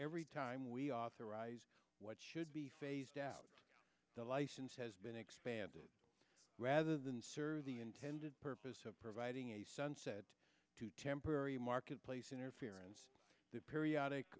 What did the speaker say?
every time we authorize what should be phased out the license has been expanded rather than serve the intended purpose of providing a sunset to temporary marketplace interference the periodic